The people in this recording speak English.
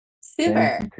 Super